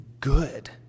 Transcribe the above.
good